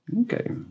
Okay